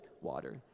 water